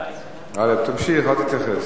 גאלב, תמשיך, אל תתייחס.